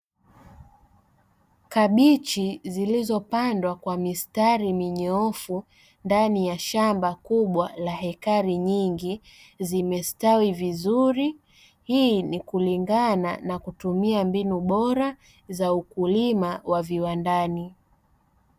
Kabichi zilizopandwa kwa mistari minyoofu ndani ya shamba kubwa la hekari nyingi zimestawi vizuri, hii ni kulingana na kutumia mbinu bora za ukulima wa viwandani.